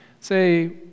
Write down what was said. say